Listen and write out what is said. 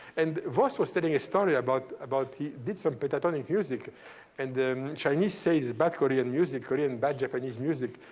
and voss was telling a story about about he did some pentatonic music and the chinese say it's bad korean music, korean bad japanese music,